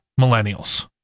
millennials